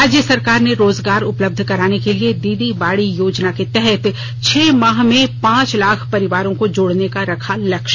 राज्य सरकार ने रोजगार उपलब्ध कराने के लिए दीदी बाड़ी योजना के तहत छह माह में पांच लाख परिवारों को जोड़ने का रखा लक्ष्य